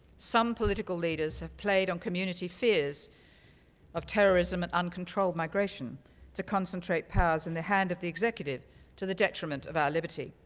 some political leaders have played on community fears of terrorism and uncontrolled migration to concentrate powers in the hand of the executive to the detriment of our liberty.